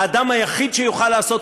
האדם היחיד שיוכל לעשות את זה